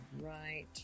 Right